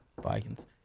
vikings